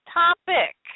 topic